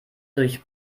durch